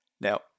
Now